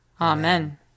Amen